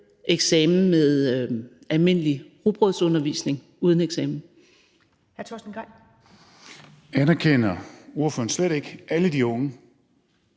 eksamen med almindelig rugbrødsundervisning uden eksamen.